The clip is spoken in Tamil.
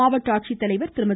மாவட்ட ஆட்சித்தலைவர் திருமதி